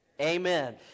Amen